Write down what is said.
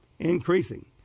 Increasing